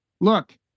look